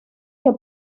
que